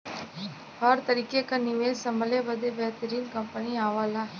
हर तरीके क निवेस संभले बदे बेहतरीन कंपनी आवला